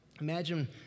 Imagine